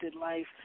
life